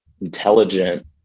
intelligent